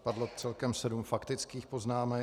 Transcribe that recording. Padlo celkem sedm faktický poznámek.